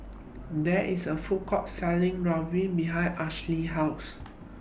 There IS A Food Court Selling Ravioli behind Alysha's House